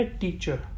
teacher